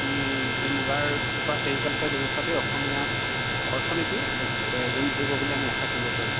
ই এই মুগাৰ বা ছেৰিকালছাৰ ব্যৱস্থাটোৱে অসমীয়া অৰ্থনীতিৰ এক গুৰি ধৰিব বুলি আমি আশা কৰিব পাৰো